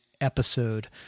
episode